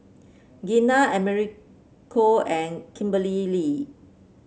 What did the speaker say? Gina Americo and Kimberlee Lee